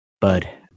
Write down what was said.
bud